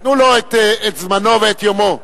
תנו לו את זמנו ואת יומו.